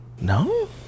No